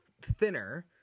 thinner